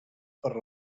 per